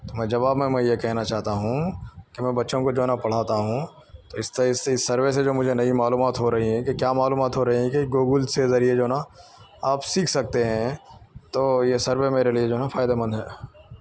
میں جواب میں میں یہ کہنا چاہتا ہوں کہ میں بچوں کو جو ہے نہ پڑھاتا ہوں تو اس طرح سے اس سروے سے جو مجھے نئی معلومات ہو رہی ہیں کہ کیا معلومات ہو رہی ہیں کہ گوگل سے ذریعے جو نا آپ سیکھ سکتے ہیں تو یہ سروے میرے لیے جو ہے نا فائدہ مند ہے